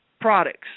products